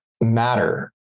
matter